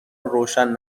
روشن